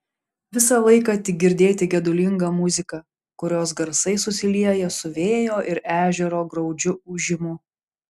visą laiką tik girdėti gedulinga muzika kurios garsai susilieja su vėjo ir ežero graudžiu ūžimu